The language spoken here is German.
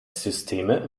systeme